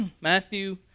Matthew